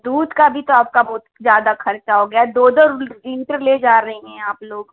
दूध का भी त आपका बहुत ज़्यादा खर्चा हो गया है दो दो लिटर ले जा रहीं हैं आप लोग